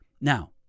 Now